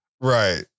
right